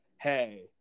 Hey